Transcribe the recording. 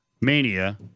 mania